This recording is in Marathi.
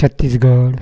छत्तीसगढ